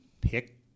pick